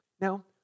Now